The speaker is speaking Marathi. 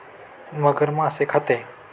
मगर मासे खाते